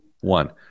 one